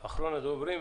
בבקשה, אחרון הדוברים.